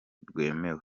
rwemewe